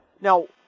now